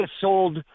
sold